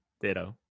Ditto